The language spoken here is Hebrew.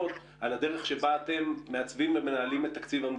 על הדרך שבה אתם מעצבים ומנהלים את התקציב.